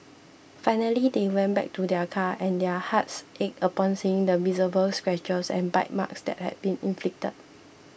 finally they went back to their car and their hearts ached upon seeing the visible scratches and bite marks that had been inflicted